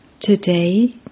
Today